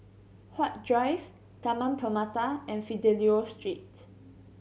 Huat Drive Taman Permata and Fidelio Street